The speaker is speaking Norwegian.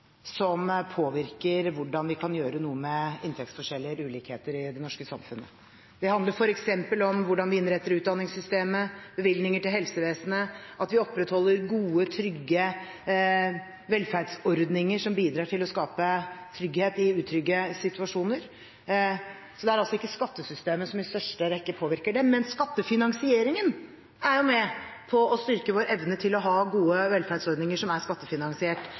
som påvirker hvordan vi kan gjøre noe med inntektsforskjeller, ulikheter, i det norske samfunnet. Det handler f.eks. om hvordan vi innretter utdanningssystemet, bevilgninger til helsevesenet, og at vi opprettholder gode, trygge velferdsordninger som bidrar til å skape trygghet i utrygge situasjoner. Det er altså ikke skattesystemet som i første rekke påvirker det, men skattefinansieringen er med på å styrke vår evne til å ha gode velferdsordninger som er skattefinansiert.